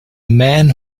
man